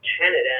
Canada